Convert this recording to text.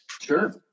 Sure